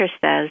says